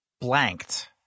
blanked